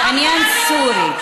זה עניין סורי.